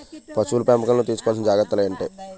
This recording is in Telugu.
పశువుల పెంపకంలో తీసుకోవల్సిన జాగ్రత్త లు ఏంటి?